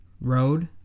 road